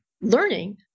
learning